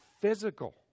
physical